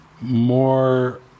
more